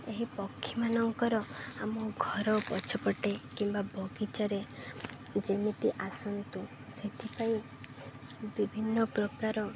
ଏହି ପକ୍ଷୀମାନଙ୍କର ଆମ ଘର ଗଛପଟେ କିମ୍ବା ବଗିଚାରେ ଯେମିତି ଆସନ୍ତୁ ସେଥିପାଇଁ ବିଭିନ୍ନ ପ୍ରକାର